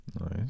Nice